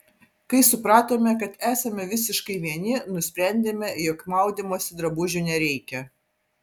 kai supratome kad esame visiškai vieni nusprendėme jog maudymosi drabužių nereikia